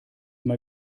mal